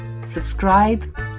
Subscribe